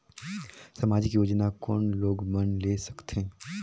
समाजिक योजना कोन लोग मन ले सकथे?